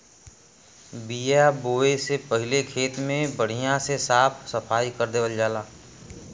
बिया बोये से पहिले खेत के बढ़िया से साफ सफाई कर देवल जाला